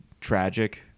tragic